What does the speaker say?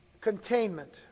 Containment